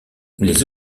les